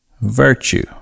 virtue